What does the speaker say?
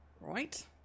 Right